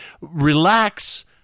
relax